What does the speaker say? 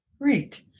Great